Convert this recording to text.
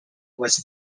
was